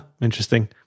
Interesting